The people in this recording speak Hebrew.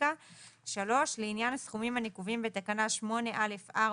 לסטטיסטיקה> לענין הסכומים הנקובים בתקנה 8א(4),